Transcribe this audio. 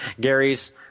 Gary's